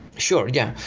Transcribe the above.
sure, yeah.